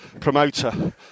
promoter